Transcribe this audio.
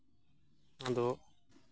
ᱟᱫᱚ